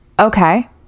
Okay